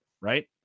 right